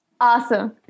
Awesome